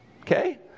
Okay